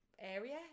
area